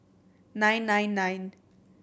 nine nine nine